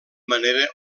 manera